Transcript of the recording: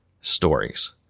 stories